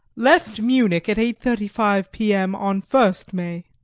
left munich at eight thirty five p. m, on first may,